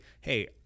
hey